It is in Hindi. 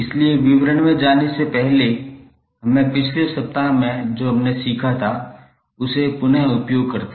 इसलिए विवरण में जाने से पहले हमें पिछले सप्ताह में जो हमने सीखा था उसे पुन उपयोग करें